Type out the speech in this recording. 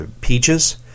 peaches